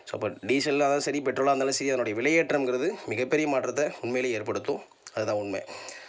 so அப்போ டீசலாக இருந்தாலும் சரி பெட்ரோலாக இருந்தாலும் சரி அதனுடைய விலையேற்றம்கிறது மிகப்பெரிய மாற்றத்தை உண்மையிலேயே ஏற்படுத்தும் அதுதான் உண்மை